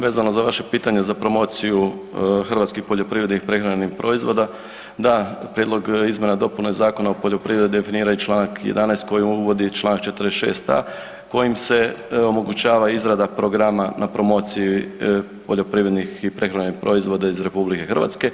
Vezano za vaše pitanje za promociju hrvatskih poljoprivrednih i prehrambenih proizvoda, da prijedlog izmjena i dopuna Zakona o poljoprivredi definira i čl. 11. koji uvodi čl. 46.a. kojim se omogućava izrada programa na promociji poljoprivrednih i prehrambenih proizvoda iz RH.